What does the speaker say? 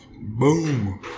Boom